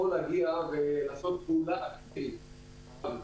יכול להגיע ולעשות פעולה --- מה השאלה?